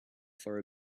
for